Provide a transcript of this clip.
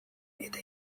eta